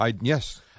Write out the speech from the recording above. yes